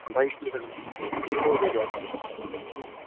ओमफ्राय खुलिथारगोनदा औ औ दे दे आसोल दे